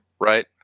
right